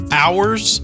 hours